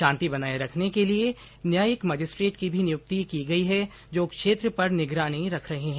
शांति बनाए रखने के लिए न्यायिक न्यायिक मजिस्ट्रेट की भी नियुक्ति की गई है जो क्षेत्र पर निगरानी रख रहे है